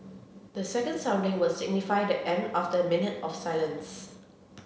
the second sounding will signify the end of the minute of silence